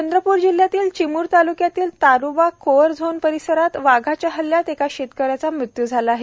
चंद्रपूर जिल्ह्यातील चिमूर ताल्क्यातील Tadoba core zone परिसरात वाघाच्या हल्ल्यात एका शेतकऱ्याचा मृत्यू झाला आहेत